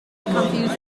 confusing